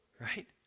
Right